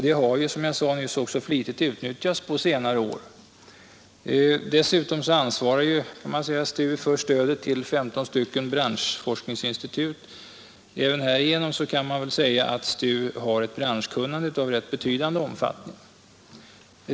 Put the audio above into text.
Det har ju, som jag sade nyss, också flitigt utnyttjats på senare år. Dessutom ansvarar STU för stödet till 15 branschforskningsinstitut. Även härigenom finns alltså hos STU ett branschkunnande av betydande omfattning.